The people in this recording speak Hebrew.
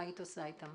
מה היית עושה אתם?